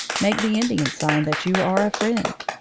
make the indian sign that you are a friend.